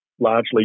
largely